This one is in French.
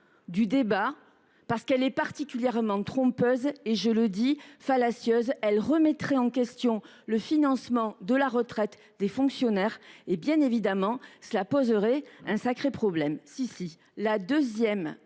du débat, parce qu’elle est particulièrement trompeuse et, je le répète, fallacieuse. Elle remettrait en question le financement de la retraite des fonctionnaires. Or cela poserait un sacré problème